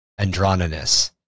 Androninus